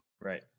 Right